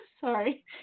Sorry